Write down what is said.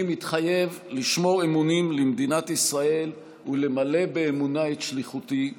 אני מתחייב לשמור אמונים למדינת ישראל ולמלא באמונה את שליחותי בכנסת.